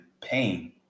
pain